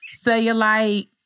cellulite